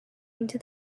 into